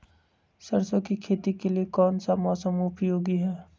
सरसो की खेती के लिए कौन सा मौसम उपयोगी है?